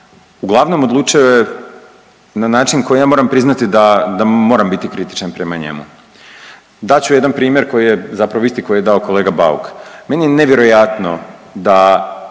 uglavnom odlučuje na način koji ja moram priznati da, da moram biti kritičan prema njemu. Dat ću jedan primjer koji je, zapravo isti koji je dao kolega Bauk. Meni je nevjerojatno da